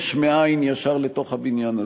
יש מאין, ישר לתוך הבניין הזה.